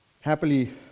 Happily